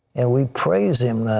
and we praise him.